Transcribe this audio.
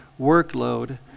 workload